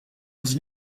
ons